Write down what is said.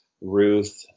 Ruth